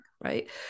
right